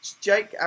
Jake